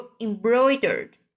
embroidered